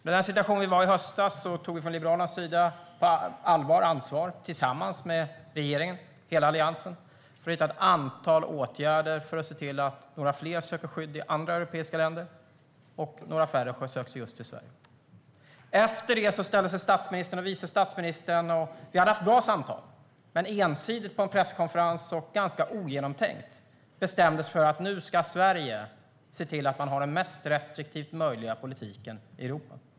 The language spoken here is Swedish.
I den situation vi befann oss i i höstas tog vi i Liberalerna ansvar tillsammans med regeringen och hela Alliansen för att hitta ett antal åtgärder för att några fler skulle söka skydd i andra europeiska länder och några färre just i Sverige. Vi hade haft bra samtal, men efter det ställde sig statsministern och vice statsministern på en presskonferens och tillkännagav, ensidigt och ganska ogenomtänkt, att Sverige nu ska ha den restriktivast möjliga politiken i Europa.